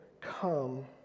come